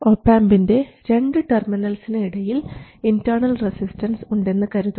ഒപാംപിൻറെ രണ്ട് ടെർമിനൽസിന് ഇടയിൽ ഇൻറർണൽ റെസിസ്റ്റൻസ് ഉണ്ടെന്ന് കരുതുക